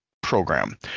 program